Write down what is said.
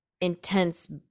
intense